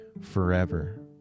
forever